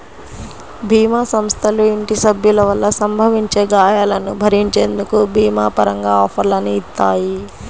భీమా సంస్థలు ఇంటి సభ్యుల వల్ల సంభవించే గాయాలను భరించేందుకు భీమా పరంగా ఆఫర్లని ఇత్తాయి